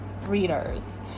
readers